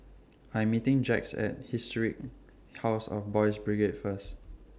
I'm meeting Jacquez At Historic House of Boys' Brigade First